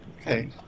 Okay